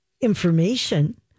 information